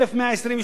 אשקלון,